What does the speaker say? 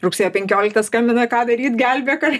rugsėjo penkioliktą skambina ką daryt gelbėk ar